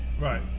Right